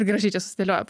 gražiai susidėlioja